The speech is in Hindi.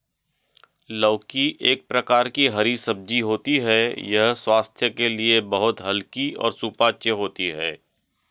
लौकी एक प्रकार की हरी सब्जी होती है यह स्वास्थ्य के लिए बहुत हल्की और सुपाच्य होती है